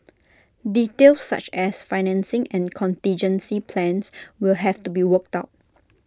details such as financing and contingency plans will have to be worked out